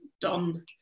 done